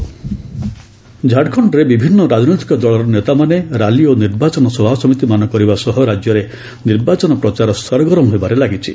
Jharkhand campaign ଝାଡ଼ଖଣ୍ଡରେ ବିଭିନ୍ନ ରାଜନୈତିକ ଦଳର ନେତାମାନେ ର୍ୟାଲି ଓ ନିର୍ବାଚନ ସଭାସମିତିମାନ କରିବା ସହ ରାଜ୍ୟରେ ନିର୍ବାଚନ ପ୍ରଚାର ସରଗରମ ହେବାରେ ଲାଗିଛି